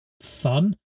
fun